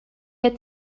had